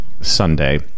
sunday